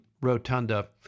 rotunda